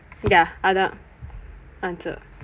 ya அதான்:athaan answer